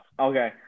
Okay